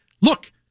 look